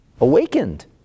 awakened